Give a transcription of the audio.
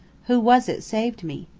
who was it saved me?